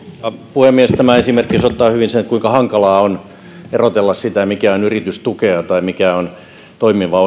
puhemies tämä esimerkki osoittaa hyvin sen kuinka hankalaa on erotella sitä mikä on yritystukea tai mikä on toimiva